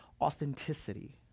authenticity